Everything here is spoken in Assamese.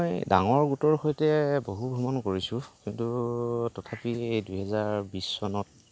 মই ডাঙৰ গোটৰ সৈতে বহু ভ্ৰমণ কৰিছোঁ কিন্তু তথাপি এই দুহেজাৰ বিছ চনত